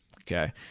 Okay